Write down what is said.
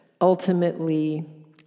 ultimately